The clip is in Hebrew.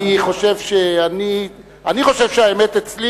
אני חושב שהאמת אצלי.